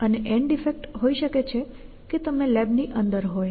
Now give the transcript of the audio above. અને and effects હોઇ શકે છે કે તમે લેબની અંદર હોય